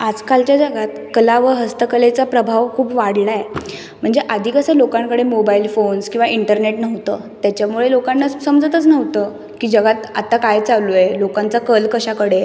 आजकालच्या जगात कला व हस्तकलेचा प्रभाव खूप वाढला आहे म्हणजे आधी कसं लोकांकडे मोबाइल फोन्स किंवा इंटरनेट नव्हतं त्याच्यामुळे लोकांना स समजतच नव्हतं की जगात आता काय चालू आहे लोकांचा कल कशाकडे आहे